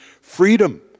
freedom